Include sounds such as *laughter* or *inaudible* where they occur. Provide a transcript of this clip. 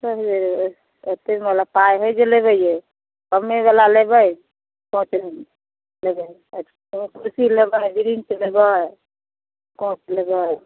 *unintelligible* पाइ हय जे लेबै यै कमे बला लेबै *unintelligible* कुर्सी लेबै बिरींच लेबै *unintelligible* लेबै